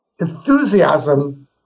enthusiasm